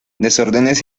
desórdenes